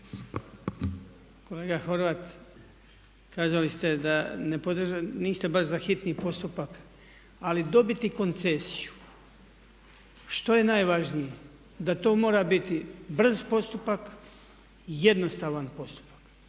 Kolega Horvat, kazali ste da niste baš za hitni postupak ali dobiti koncesiju što je najvažnije, da to mora biti brz postupak, jednostavan postupak